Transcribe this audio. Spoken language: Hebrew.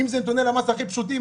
נתוני למ"ס הכי פשוטים,